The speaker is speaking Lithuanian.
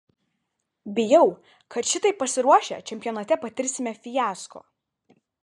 bijau kad šitaip pasiruošę čempionate patirsime fiasko